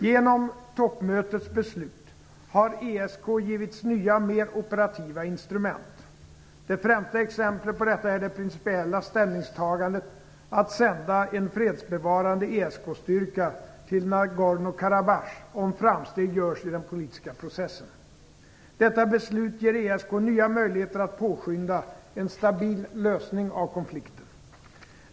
Genom toppmötets beslut har ESK givits nya mer operativa instrument. Det främsta exemplet på detta är det principiella ställningstagandet att sända en fredsbevarande ESK-styrka till Nagorno-Karabach, om framsteg görs i den politiska processen. Detta beslut ger ESK nya möjligheter att påskynda en stabil lösning av konflikten.